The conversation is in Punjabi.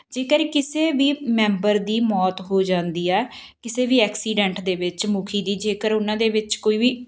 ਜੇਕਰ ਕਿਸੇ ਵੀ ਮੈਂਬਰ ਦੀ ਮੌਤ ਹੋ ਜਾਂਦੀ ਹੈ ਕਿਸੇ ਵੀ ਐਕਸੀਡੈਂਟ ਦੇ ਵਿੱਚ ਮੁਖੀ ਦੀ ਜੇਕਰ ਉਹਨਾਂ ਦੇ ਵਿੱਚ ਕੋਈ ਵੀ